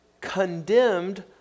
condemned